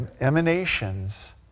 emanations